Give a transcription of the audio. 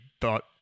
thought